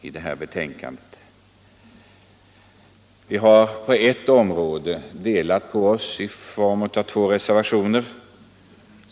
På en punkt föreligger delade meningar, och det har till betänkandet fogats två reservationer.